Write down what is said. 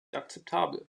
akzeptabel